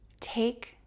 take